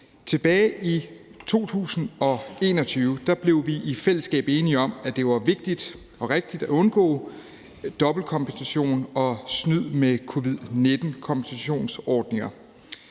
Tilbage i 2021 blev vi i fællesskab enige om, at det var vigtigt og rigtigt at undgå dobbeltkompensation og snyd med covid-19-kompensationsordninger